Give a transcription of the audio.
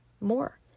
more